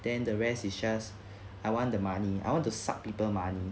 then the rest is just I want the money I want to suck people money